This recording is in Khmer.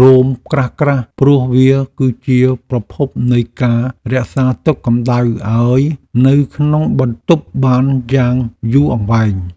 រោមក្រាស់ៗព្រោះវាគឺជាប្រភពនៃការរក្សាទុកកម្តៅឱ្យនៅក្នុងបន្ទប់បានយ៉ាងយូរអង្វែង។